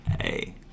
Hey